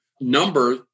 number